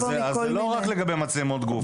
אז זה לא רק לגבי מצלמות גוף.